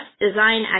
design